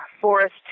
Forest